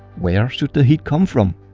where should the heat come from?